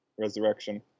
resurrection